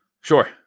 Sure